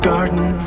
Garden